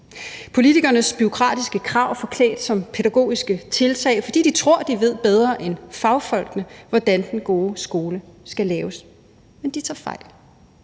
politikernes bureaukratiske krav forklædt som pædagogiske tiltag, fordi de tror, at de ved bedre end fagfolkene, hvordan den gode skole skal laves. Men de tager fejl.